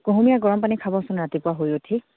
কুহুমীয়া গৰম পানী খাৱচোন ৰাতিপুৱা শুই উঠি